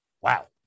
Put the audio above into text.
wow